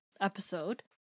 episode